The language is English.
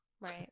Right